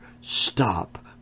stop